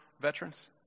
veterans